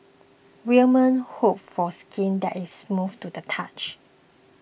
women hope for skin that is soft to the touch